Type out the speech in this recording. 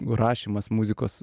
rašymas muzikos